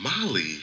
Molly